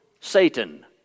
Satan